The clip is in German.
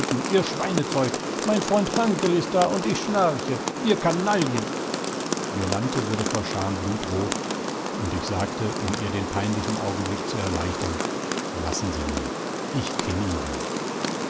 ihr schweinezeug mein freund hanckel ist da und ich schnarche ihr karrnaillen jolanthe wurde vor scham blutrot und ich sagte um ihr den peinlichen augenblick zu erleichtern lassen sie man ich kenn ihn ja